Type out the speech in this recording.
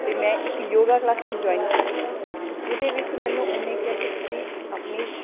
ਤੇ ਮੈਂ ਇੱਕ ਯੋਗਾ ਕਲਾਸਿਸ ਜੁਆਇਨ ਕੀਤੀਆਂ ਜਿਹਦੇ ਵਿੱਚ ਮੈਨੂੰ ਉਹਨੇ ਕਿਹਾ ਕਿ ਤੁਸੀਂ ਆਪਣੀ